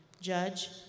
Judge